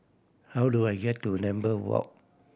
how do I get to Lambeth Walk